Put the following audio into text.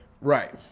right